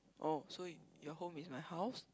oh so your home is my house